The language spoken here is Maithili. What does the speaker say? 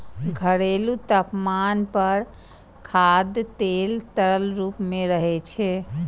घरेलू तापमान पर खाद्य तेल तरल रूप मे रहै छै